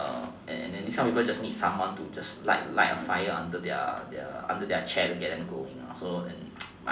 and these kind of people just need someone to just light light a fire under their chair to get them going lah so